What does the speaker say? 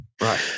Right